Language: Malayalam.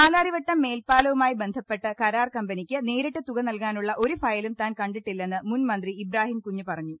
പാലാരിവട്ടം മേൽപ്പാലവുമായി ബന്ധപ്പെട്ട് കരാർ കമ്പനിക്ക് നേരിട്ട് തുക നൽകാനുള്ള ഒരു ഫയലും താൻ കണ്ടിട്ടില്ലെന്ന് മുൻമന്ത്രി ഇബ്രാഹീം കുഞ്ഞ് പറഞ്ഞു